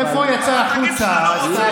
איפה, יצא החוצה, השר,